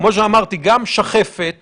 כמו שאמרתי, גם שחפת